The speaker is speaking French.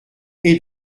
est